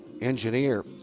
engineer